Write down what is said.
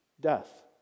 death